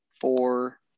four